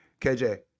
KJ